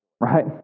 Right